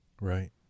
right